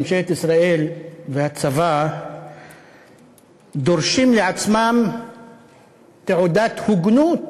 ממשלת ישראל והצבא דורשים לעצמם תעודת הוגנות